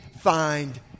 find